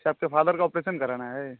अच्छा आपके फ़ादर का ऑपरेशन कराना है